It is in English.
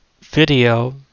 video